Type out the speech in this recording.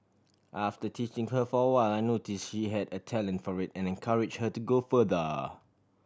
after teaching her for a while I notice she had a talent for it and encourage her to go further